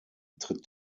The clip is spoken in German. tritt